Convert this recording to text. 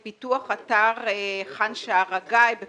לפני הרביזיה אנחנו נבדוק את זה.